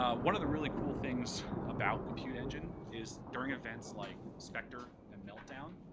ah one of the really cool things about compute engine is during events like specter and meltdown,